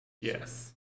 Yes